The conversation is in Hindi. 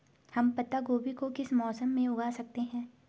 हम पत्ता गोभी को किस मौसम में उगा सकते हैं?